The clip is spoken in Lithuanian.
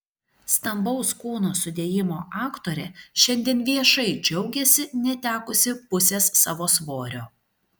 stambaus kūno sudėjimo aktorė šiandien viešai džiaugiasi netekusi pusės savo svorio